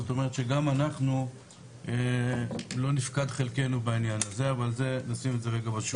זאת אומרת שגם אנחנו לא נפקד חלקנו בענין הזה אבל נשים את זה רגע בצד.